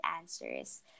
answers